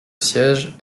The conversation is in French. siège